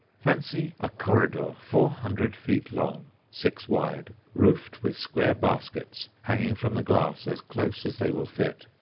fancy a corridor four hundred feet long, six wide, roofed with square baskets hanging from the glass as close as they will fit.